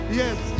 yes